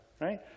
right